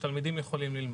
שהתלמידים יכולים ללמוד,